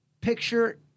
picture